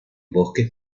bosques